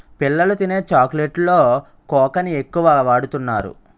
పిల్లలు తినే చాక్లెట్స్ లో కోకాని ఎక్కువ వాడుతున్నారు